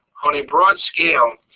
on a broad scale,